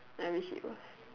I wish it was